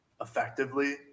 effectively